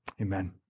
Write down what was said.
Amen